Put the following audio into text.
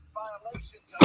violations